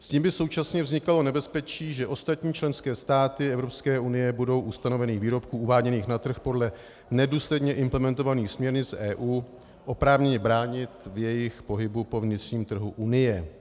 S tím by současně vznikalo nebezpečí, že ostatní členské státy Evropské unie budou u stanovených výrobků uváděných na trh podle nedůsledně implementovaných směrnic EU oprávněně bránit v jejich pohybu po vnitřním trhu Unie.